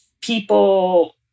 people